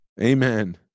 Amen